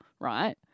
right